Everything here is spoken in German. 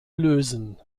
lösen